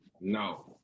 No